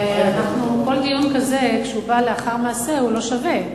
כל דיון כזה, כשהוא בא לאחר מעשה הוא לא שווה.